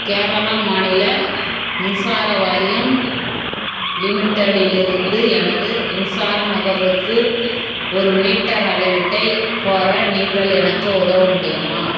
கேரளா மாநில மின்சார வாரியம் லிமிட்டெடிலிருந்து எனது மின்சார நுகர்வுக்கு ஒரு மீட்டர் அளவீட்டைக் கோர நீங்கள் எனக்கு உதவ முடியுமா